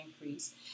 increase